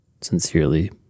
Sincerely